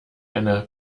eine